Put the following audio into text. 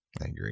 agree